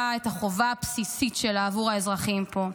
את החובה הבסיסית שלה כלפי האזרחים פה.